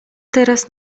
teraz